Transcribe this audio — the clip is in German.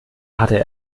hatte